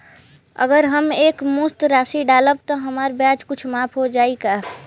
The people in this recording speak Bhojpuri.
अगर हम एक मुस्त राशी डालब त हमार ब्याज कुछ माफ हो जायी का?